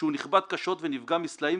כשהוא נחבט קשות ונפגע מסלעים,